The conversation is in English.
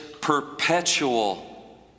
perpetual